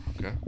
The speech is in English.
Okay